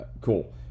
Cool